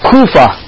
Kufa